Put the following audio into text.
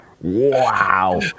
Wow